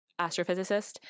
astrophysicist